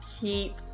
keep